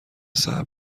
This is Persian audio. صبر